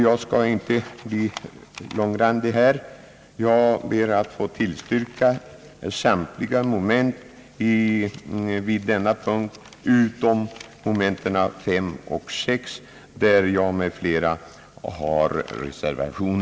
Jag skall inte bli långrandig utan ber att få tillstyrka samtliga moment i denna punkt, utom momenten 5 och 6, där jag m.fl. har avgivit reservation.